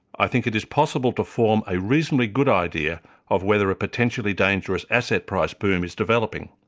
i think it is possible to form a reasonably good idea of whether a potentially dangerous asset price boom is developing.